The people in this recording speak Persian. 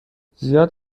زیاد